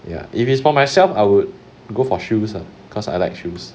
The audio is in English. ya if it's for myself I would go for shoes lah cause I like shoes